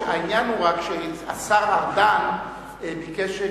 העניין הוא רק שהשר ארדן ביקש,